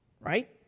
right